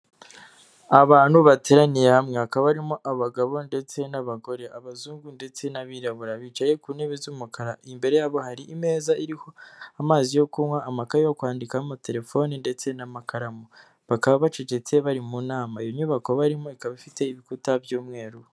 Abantu bateraniye hamwe ,hakaba barimo abagabo ndetse n'abagore , abazungu ndetse n'abirabura, bicaye ku ntebe z'umukara imbere yabo hari ameza iriho amazi yo kunywa amakaye yo kwandikamo telefoni ndetse n'amakaramu ,bakaba bacecetse bari mu nama iyo nyubako barimo ikaba ifite ibikuta by'umweru.